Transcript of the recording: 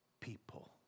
People